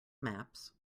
maps